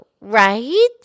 right